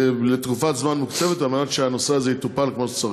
לתקופת זמן מוקצבת כדי שהנושא הזה יטופל כמו שצריך.